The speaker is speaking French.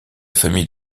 famille